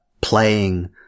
playing